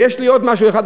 ויש לי עוד משהו אחד,